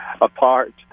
apart